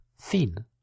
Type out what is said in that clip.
thin